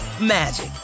magic